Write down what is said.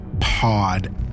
pod